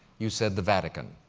you said the vatican.